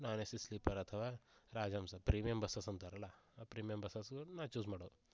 ನಾನ್ AC sleeper ಅಥವಾ Rajahamsa premium buses ಅಂತಾರಲ್ಲ ಆ ಪ್ರೀಮಿಯಮ್ ಬಸ್ಸಸ್ಗಳ್ ನಾನು ಚೂಸ್ ಮಾಡೋದು